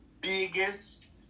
biggest